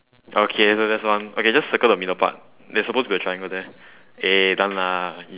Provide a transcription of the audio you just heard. okay so that's one okay just circle the middle part there's supposed to be a triangle there eh done lah easy